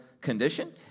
condition